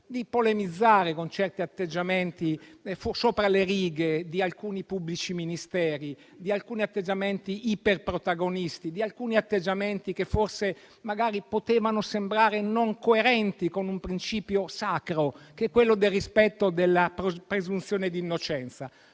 di polemizzare con certi atteggiamenti sopra le righe di alcuni pubblici ministeri, con alcuni atteggiamenti iperprotagonisti, con alcuni atteggiamenti che forse potevano sembrare non coerenti con un principio sacro, che è quello del rispetto della presunzione di innocenza.